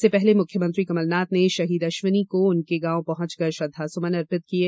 इससे पहले मुख्यमंत्री कमलनाथ ने शहीद अश्विनी को उनके गांव पहंचकर श्रद्धा सुमन अर्पित किये